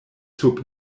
sub